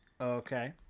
Okay